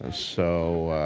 ah so,